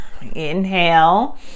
inhale